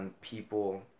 People